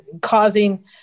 causing